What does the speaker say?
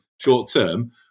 short-term